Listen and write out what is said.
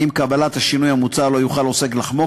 עם קבלת השינוי המוצע לא יוכל עוסק לחמוק